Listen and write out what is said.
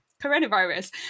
coronavirus